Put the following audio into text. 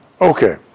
Okay